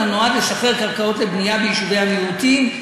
אלא נועד לשחרר קרקעות לבנייה ביישובי המיעוטים.